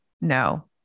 no